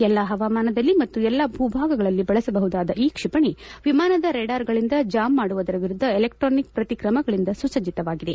ಎಲ್ಲ ಹವಾಮಾನದಲ್ಲಿ ಮತ್ತು ಎಲ್ಲ ಭೂಭಾಗಗಳಲ್ಲಿ ಬಳಸಬಹುದಾದ ಈ ಕ್ಷಿಪಣಿ ವಿಮಾನದ ರೆಡಾರ್ ಗಳಿಂದ ಜಾಮ್ ಮಾಡುವುದರ ವಿರುದ್ದ ಎಲೆಕ್ಟ್ರಾನಿಕ್ ಪ್ರತಿಕ್ರಮಗಳಿಂದ ಸುಸಜ್ಞಿತವಾಗಿದೆ